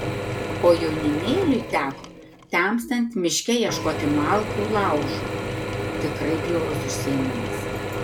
o jaunimėliui teko temstant miške ieškoti malkų laužui tikrai bjaurus užsiėmimas